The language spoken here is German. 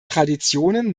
traditionen